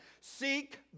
Seek